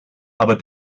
aber